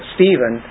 Stephen